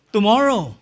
Tomorrow